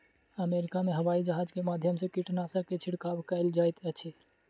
America में हवाईजहाज के माध्यम से कीटनाशक के छिड़काव कयल जाइत अछि